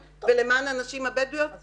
שבע, ואנחנו רוצות להגיע לבאר שבע'.